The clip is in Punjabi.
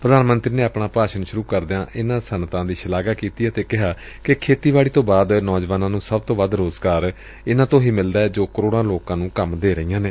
ਪ੍ਰਧਾਨ ਮੰਤਰੀ ਨੇ ਆਪਣਾ ਭਾਸ਼ਣ ਸੁਰੂ ਕਰਦਿਆਂ ਇਨੂਾਂ ਸੱਨਅਤਾਂ ਦੀ ਸ਼ਲਾਘਾ ਕੀਤੀ ਅਤੇ ਕਿਹਾ ਕਿ ਖੇਤੀਬਾੜੀ ਤੋਂ ਬਾਅਦ ਨੌਜਵਾਨਾਂ ਨੂੰ ਸਭ ਤੋਂ ਵੱਧ ਰੋਜ਼ਗਾਰ ਇਨੂਾਂ ਤੋਂ ਹੀ ਮਿਲਦੈ ਜੋ ਕਰੋੜਾਂ ਲੋਕਾਂ ਨੂੰ ਕੰਮ ਦੇ ਰਹੀਆਂ ਨੇ